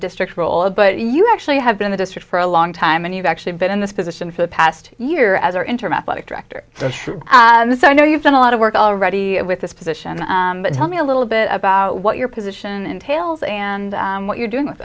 district role a but you actually have been a district for a long time and you've actually been in this position for the past year as our internet budget director so i know you've done a lot of work already with this position but tell me a little bit about what your position entails and what you're doing with